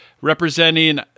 representing